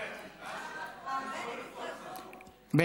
זו רפורמה.